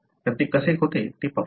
तर ते कसे होते ते पाहूया